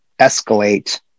escalate